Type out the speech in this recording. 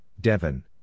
Devon